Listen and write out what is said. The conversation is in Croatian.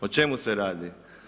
O čemu se radi?